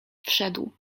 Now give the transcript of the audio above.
wszedł